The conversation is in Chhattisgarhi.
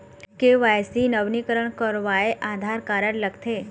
के.वाई.सी नवीनीकरण करवाये आधार कारड लगथे?